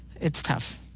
it's tough,